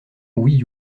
wii